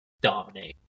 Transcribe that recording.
dominate